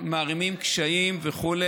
מערימים קשיים וכו'.